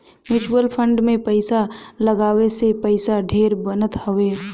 mutual fund में पईसा लगावे से पईसा ढेर बनत हवे